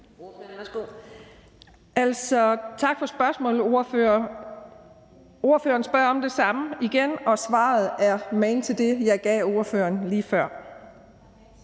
vil jeg sige til ordføreren. Ordføreren spørger om det samme igen, og mit svar er magen til det, jeg gav ordføreren lige før.